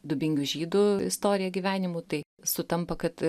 dubingių žydų istorija gyvenimu tai sutampa kad